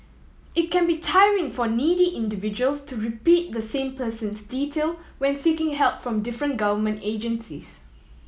it can be tiring for needy individuals to repeat the same persons detail when seeking help from different government agencies